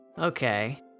Okay